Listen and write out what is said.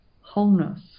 wholeness